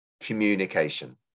communication